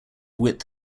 width